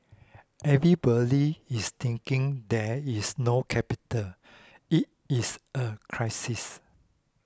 everybody is thinking there is no capital it is a crisis